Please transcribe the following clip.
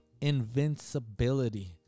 invincibility